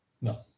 No